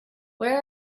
where